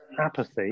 apathy